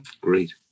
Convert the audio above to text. great